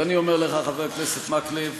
ואני אומר לך, חבר הכנסת מקלב: